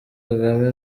kagame